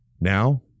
Now